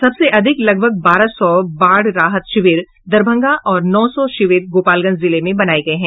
सबसे अधिक लगभग बारह सौ बाढ़ राहत शिविर दरभंगा और नौ सौ शिविर गोपालगंज जिले में बनाये गये हैं